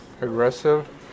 Aggressive